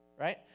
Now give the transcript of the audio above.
right